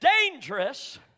dangerous